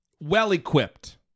well-equipped